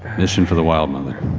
mission for the wildmother.